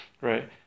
right